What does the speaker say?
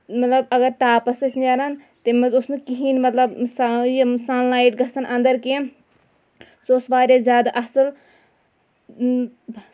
مطلب اَگر تاپَس ٲسۍ نیران تَمہِ منٛز اوس نہٕ کِہینۍ مطلب یِم سَن لایِٹ گژھان انٛدر کیٚنٛہہ سُہ اوس واریاہ زیادٕ اَصٕل